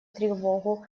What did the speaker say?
тревогу